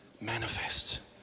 manifest